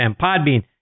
Podbean